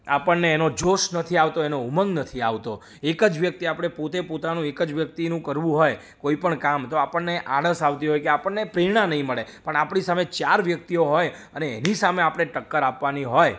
આપણને એનો જોશ નથી આવતો એનો ઉમંગ નથી આવતો એક જ વ્યક્તિ આપણે પોતે પોતાનો એક જ વ્યક્તિનું કરવું હોય કોઈ પણ કામ તો આપણને આળસ આવતી હોય કે આપણને પ્રેરણા નહીં મળે પણ આપણી સામે ચાર વ્યક્તિઓ હોય અને એની સામે આપણે ટક્કર આપવાની હોય